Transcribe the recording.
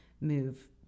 move